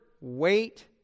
Wait